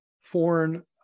foreign